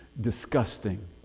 disgusting